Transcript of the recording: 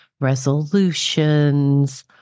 resolutions